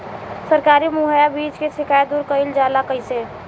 सरकारी मुहैया बीज के शिकायत दूर कईल जाला कईसे?